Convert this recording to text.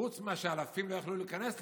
חוץ מאשר אלפים שלא יכלו להיכנס למירון,